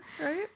right